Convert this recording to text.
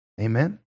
Amen